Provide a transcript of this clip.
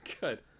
good